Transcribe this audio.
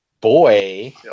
boy